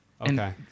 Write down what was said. okay